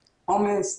חומס,